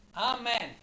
Amen